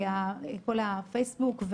פייסבוק,